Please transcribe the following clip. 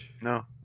no